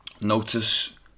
notice